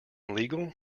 legal